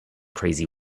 crazy